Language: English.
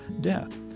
death